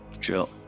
Chill